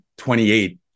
28